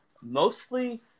mostly